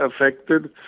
affected